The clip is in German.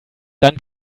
dann